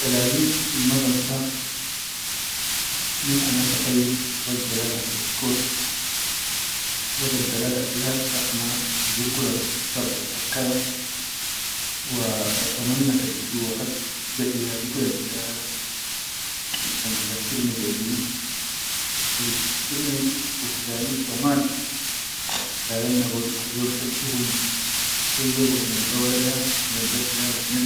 Dalali al ma bansa min ana sakkayyir hubas dalal hana dokkor hubas al dalal ya ya hassa kubur kula gayid bal fakkara wa bata manna kan ligit waqit ba iyali kula niddalala lenshan bi zakkir ni beh dini wa bis sakkir ni rufugani hanazzaman addalal na al yaum chattuhum shaiyabo mine be walada minal be iyala tinen.